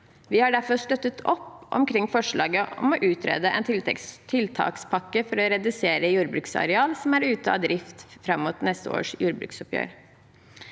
Vi har derfor støttet opp om forslaget om å utrede en tiltakspakke for å redusere jordbruksareal som er ute av drift, fram mot neste års jordbruksoppgjør.